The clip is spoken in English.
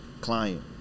client